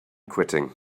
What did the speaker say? quitting